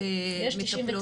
מטפלות?